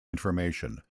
information